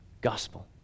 gospel